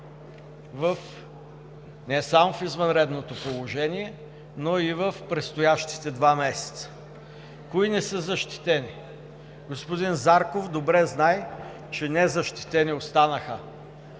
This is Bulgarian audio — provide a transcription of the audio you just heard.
не само в извънредното положение, но и в предстоящите два месеца. Кои не са защитени? Господин Зарков, добре знае, че незащитени останаха…,